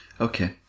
Okay